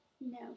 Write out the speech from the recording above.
No